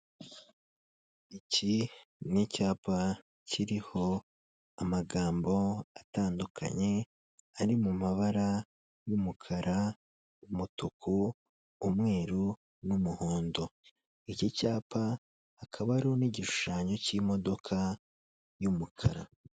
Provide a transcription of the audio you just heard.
Iki nicyapa kiriho amagambo atandukanye ari mumabara y'umukara, umutuku, umweru, n'umuhondo iki cyapa hakaba hariho n'igishushanyo cy'imodoka y'umukara.